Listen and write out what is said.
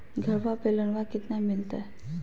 घरबा पे लोनमा कतना मिलते?